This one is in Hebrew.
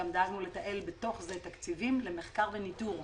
גם דאגנו לתעל בתוך זה תקציבים למחקר וניטור,